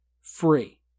free